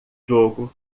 jogo